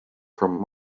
from